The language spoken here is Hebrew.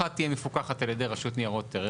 אחת תהיה מפוקחת על ידי רשות ניירות ערך